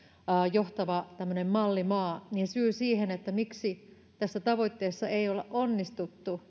johtava mallimaa niin syy siihen miksi tässä tavoitteessa ei olla onnistuttu